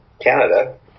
Canada